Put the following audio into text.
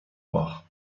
noire